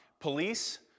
police